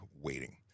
waiting